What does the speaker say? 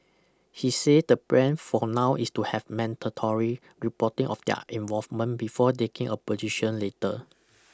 he say the plan for now is to have mandatory reporting of their involvement before taking a position later